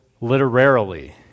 literarily